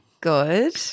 Good